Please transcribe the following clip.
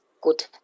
good